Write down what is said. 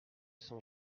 sont